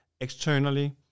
externally